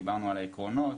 דיברנו על העקרונות,